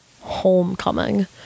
Homecoming